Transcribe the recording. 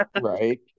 right